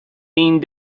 being